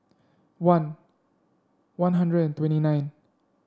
one One Hundred and twenty nine